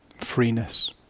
Freeness